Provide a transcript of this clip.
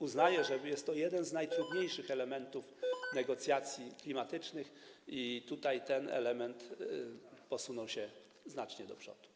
Uznaję, że jest to jeden z najtrudniejszych elementów negocjacji klimatycznych i tutaj ten element posunął się znacznie do przodu.